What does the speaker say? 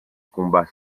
combat